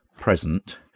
present